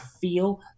feel